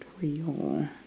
real